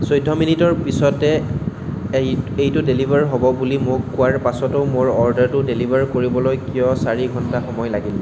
চৈধ্য মিনিটৰ পিছতে এই এইটো ডেলিভাৰ হ'ব বুলি মোক কোৱাৰ পাছতো মোৰ অৰ্ডাৰটো ডেলিভাৰ কৰিবলৈ কিয় চাৰি ঘণ্টা সময় লাগিল